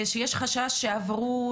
שיש חשש שעברו,